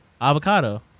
avocado